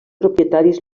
propietaris